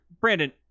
Brandon